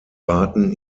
baten